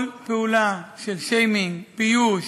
כל פעולה של שיימינג, ביוש,